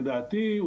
שלדעתי,